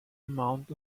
amount